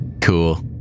Cool